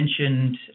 mentioned